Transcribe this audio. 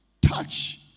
touch